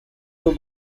two